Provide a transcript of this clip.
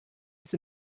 was